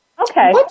Okay